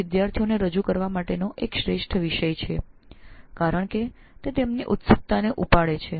વિદ્યાર્થીઓ સમક્ષ પ્રસ્તુત કરવા માટે વિજ્ઞાન સાહિત્ય એ એક શ્રેષ્ઠ વિષય છે કારણ કે તે તેમની જિજ્ઞાસાને ઉત્સુક કરે છે